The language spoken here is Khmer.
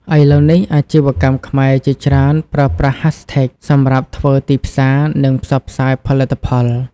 ឥឡូវនេះ អាជីវកម្មខ្មែរជាច្រើនប្រើប្រាស់ hashtags សម្រាប់ធ្វើទីផ្សារ និងផ្សព្វផ្សាយផលិតផល។